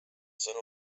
sõnul